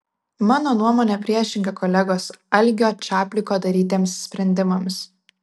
mano nuomonė priešinga kolegos algio čapliko darytiems sprendimams